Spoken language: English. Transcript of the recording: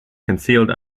concealed